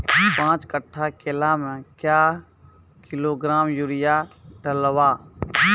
पाँच कट्ठा केला मे क्या किलोग्राम यूरिया डलवा?